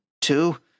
two